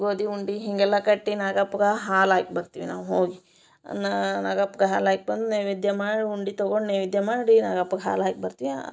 ಗೋಧಿ ಉಂಡೆ ಹೀಗೆಲ್ಲ ಕಟ್ಟಿ ನಾಗಪ್ಗೆ ಹಾಲು ಹಾಕಿ ಬರ್ತೀವಿ ನಾವು ಹೋಗಿ ನಾಗಪ್ಗೆ ಹಾಲು ಹಾಕಿ ಬಂದು ನೈವೇದ್ಯ ಮಾಡಿ ಉಂಡೆ ತಗೊಂಡು ನೈವೇದ್ಯ ಮಾಡಿ ನಾಗಪ್ಪಗೆ ಹಾಲು ಹಾಕಿ ಬರ್ತಿವಿ